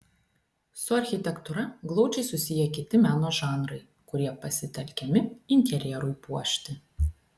su architektūra glaudžiai susiję kiti meno žanrai kurie pasitelkiami interjerui puošti